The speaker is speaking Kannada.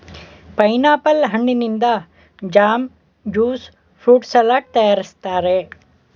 ಪೈನಾಪಲ್ ಹಣ್ಣಿನಿಂದ ಜಾಮ್, ಜ್ಯೂಸ್ ಫ್ರೂಟ್ ಸಲಡ್ ತರಯಾರಿಸ್ತರೆ